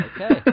Okay